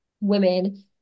women